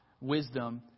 wisdom